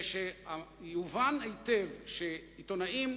ויובן היטב שעיתונאים,